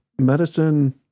medicine